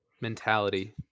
mentality